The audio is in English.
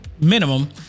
minimum